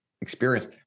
experience